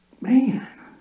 man